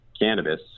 cannabis